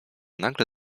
nagle